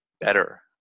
better